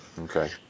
Okay